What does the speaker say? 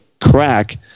crack